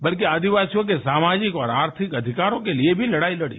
बल्कि आदिवासियों के सामाजिक और आर्थिक अधिकारों के लिए भी लड़ाई लड़ी